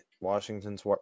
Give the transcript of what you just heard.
Washington's